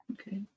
Okay